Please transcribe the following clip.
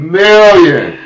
million